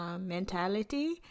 mentality